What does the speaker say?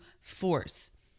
force